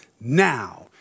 now